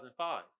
2005